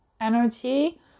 energy